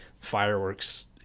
fireworks